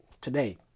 today